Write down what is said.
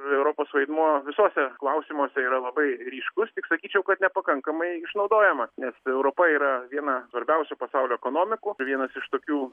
europos vaidmuo visuose klausimuose yra labai ryškus tik sakyčiau kad nepakankamai išnaudojama nes europa yra viena svarbiausių pasaulio ekonomikų tai vienas iš tokių